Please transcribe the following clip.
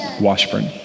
Washburn